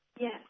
Yes